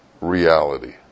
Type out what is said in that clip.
reality